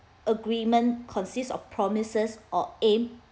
agreement consists of promises or aim